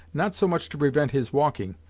not so much to prevent his walking,